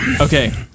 Okay